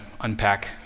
unpack